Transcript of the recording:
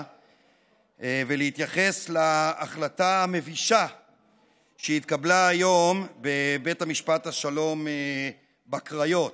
ולהתייחס להחלטה המבישה שהתקבלה היום בבית משפט השלום בקריות.